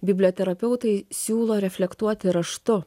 biblioterapeutai siūlo reflektuoti raštu